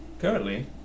currently